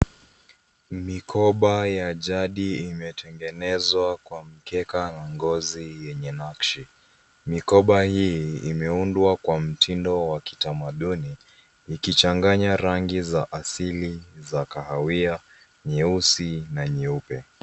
Mikoba ya jadi imetengenezwa kwa mkeka wa ngozi wenye nakshi. Mikoba hii imeundwa kwa mtindo wa kitamaduni, ikichanganya rangi za asili za kahawia, nyeusi na nyeupe.